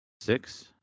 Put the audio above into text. six